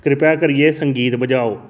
किरपा करियै संगीत बजाओ